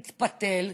מתפתל,